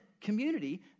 community